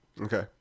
Okay